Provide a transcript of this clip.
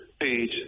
page